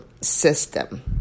system